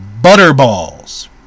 Butterballs